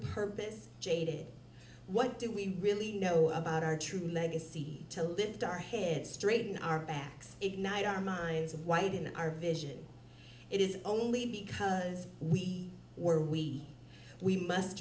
purpose jaded what do we really know about our true legacy to lift our heads straight in our backs ignite our minds and widen our vision it is only because we were we we must